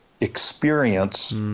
experience